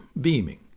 beaming